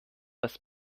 das